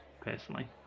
personally